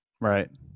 Right